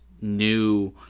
new